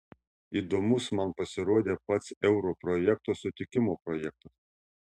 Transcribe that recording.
įdomus man pasirodė pats euro projekto sutikimo projektas